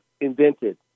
invented